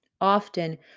Often